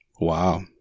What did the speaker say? wow